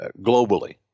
globally